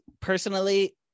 personally